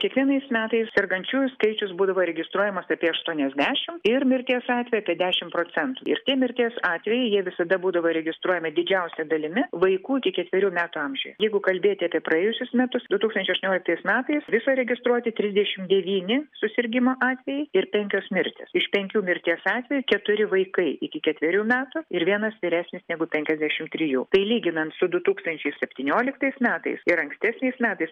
kiekvienais metais sergančiųjų skaičius būdavo registruojamas apie aštuoniasdešimt ir mirties atvejų apie dešimt procentų ir tie mirties atvejai jie visada būdavo registruojami didžiausia dalimi vaikų iki ketverių metų amžiui jeigu kalbėti apie praėjusius metus du tūkstančiai aštuonioliktais metais viso registruoti trisdešimt devyni susirgimo atvejai ir penkios mirtys iš penkių mirties atvejų keturi vaikai iki ketverių metų ir vienas vyresnis negu penkiasdešimt trijų tai lyginant su du tūkstančiai septynioliktais metais ir ankstesniais metais